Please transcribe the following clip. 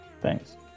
Thanks